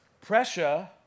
Pressure